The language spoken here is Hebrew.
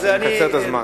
נקצר את הזמן.